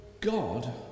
God